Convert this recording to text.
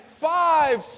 five